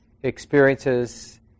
experiences